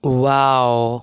wow